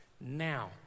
now